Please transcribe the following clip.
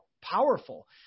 powerful